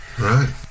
Right